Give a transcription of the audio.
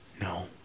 No